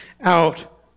out